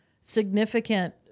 significant